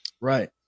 Right